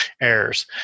errors